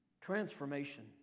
Transformation